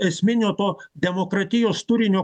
esminio to demokratijos turinio